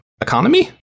economy